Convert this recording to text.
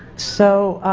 so